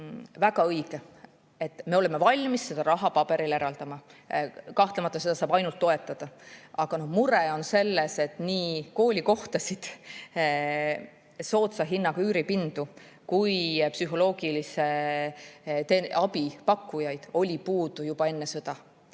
väga õige! Me oleme valmis seda raha paberil eraldama. Kahtlemata seda saab ainult toetada. Aga mure on selles, et nii koolikohtasid, soodsa hinnaga üüripindu kui ka psühholoogilise abi pakkujaid oli puudu juba enne sõda.